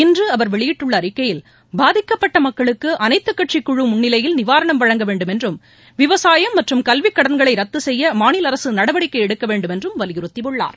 இன்று அவர் வெளியிட்டுள்ள அறிக்கையில் பாதிக்கப்பட்ட மக்களுக்கு அனைத்துக்கட்சி குழு முன்ளிலையில் நிவாரணம் வழங்க வேண்டும் என்றும் விவசாயம் மற்றும் கல்விக் கடன்களை ரத்து செய்ய மாநில அரசு நடவடிக்கை எடுக்க வேண்டும் என்றும் வலியுறுத்தியுள்ளார்